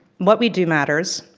what we do matters.